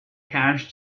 cache